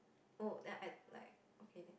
oh and add like okay